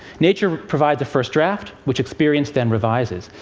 nature provides a first draft, which experience then revises.